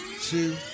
two